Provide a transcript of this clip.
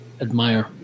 admire